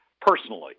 personally